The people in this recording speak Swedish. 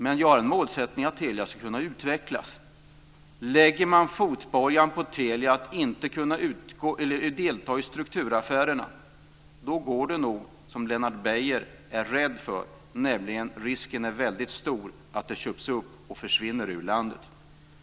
Men jag har en målsättning att Telia ska kunna utvecklas. Lägger man fotbojan på Telia att inte kunna delta i strukturaffärerna då går det nog som Lennart Beijer är rädd för, nämligen att risken är väldigt stor att Telia köps upp och försvinner ur landet.